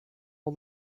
all